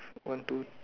one two